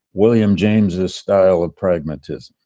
william james's style of pragmatism.